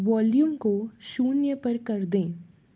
volume को शून्य पर कर दें